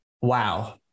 Wow